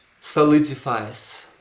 solidifies